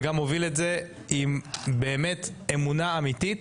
וגם אתה מוביל את זה עם אמונה אמיתית.